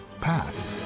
path